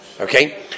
Okay